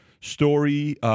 story